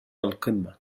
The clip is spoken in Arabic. القمة